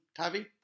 Tavi